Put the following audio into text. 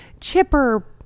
Chipper